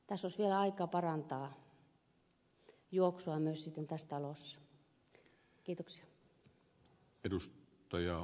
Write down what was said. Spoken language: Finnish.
tässä olisi vielä aikaa parantaa juoksua myös sitten tässä talossa